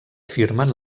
firmen